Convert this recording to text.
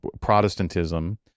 Protestantism